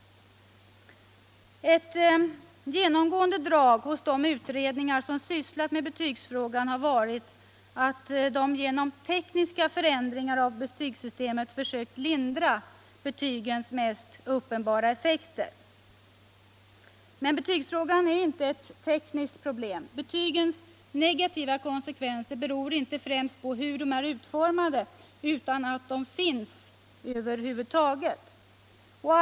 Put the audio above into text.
Ett genomgående drag i de utredningar som sysslat med betygsfrågan har varit att de genom tekniska förändringar av betygssystemet försökt lindra betygens mest uppenbara negativa effekter. Men betygsfrågan är inte ett tekniskt problem. Betygens negativa konsekvenser beror inte främst på hur de är utformade utan på att de över huvud taget finns.